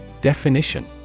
Definition